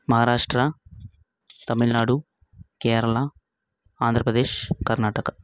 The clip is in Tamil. மகாராஷ்டிரா தமிழ்நாடு கேரளா ஆந்திரப்பிரதேஷ் கர்நாடக்கா